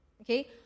Okay